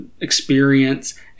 experience